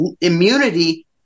immunity